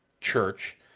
church